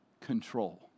control